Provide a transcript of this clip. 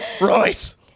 Royce